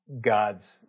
god's